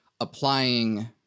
applying